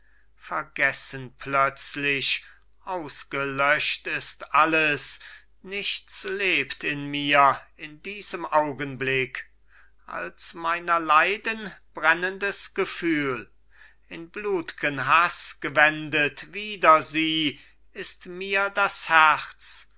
vergessen plötzlich ausgelöscht ist alles nichts lebt in mir in diesem augenblick als meiner leiden brennendes gefühl in blut'gen haß gewendet wider sie ist mir das herz